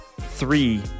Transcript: three